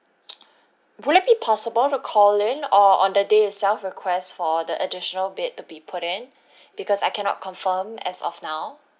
would it be possible to call in or on the day itself requests for the additional bed to be put in because I cannot confirm as of now